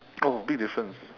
oh big difference